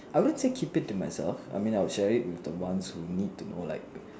I wouldn't say keep it to myself I mean I would share with the ones who need to know